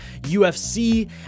UFC